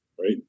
right